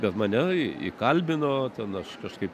bet mane įkalbino ten aš kažkaip